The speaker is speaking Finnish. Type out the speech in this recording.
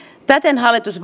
täten hallitus